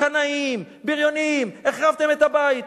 "קנאים", "בריונים", "החרבתם את הבית".